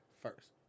first